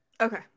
Okay